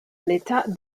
l’état